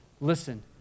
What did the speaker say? listen